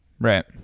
right